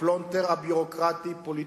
הפלונטר הביורוקרטי-הפוליטי-התחיקתי-המשילותי.